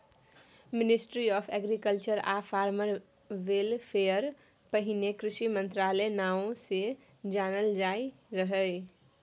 ministry of agriculture आ farmer welfare पहिने कृषि मंत्रालय नाओ सँ जानल जाइत रहय